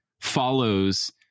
follows